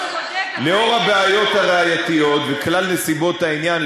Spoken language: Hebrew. לאור הבעיות הראייתיות וכלל נסיבות העניין,